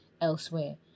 elsewhere